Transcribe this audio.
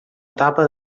etapa